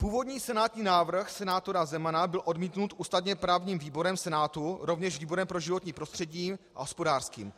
Původní senátní návrh senátora Zemana byl odmítnut ústavněprávním výborem Senátu, rovněž výborem pro životní prostředí a hospodářským.